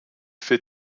für